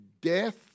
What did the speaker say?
death